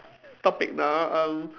topic now um